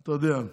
אתה יודע,